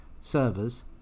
servers